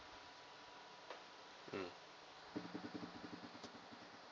mm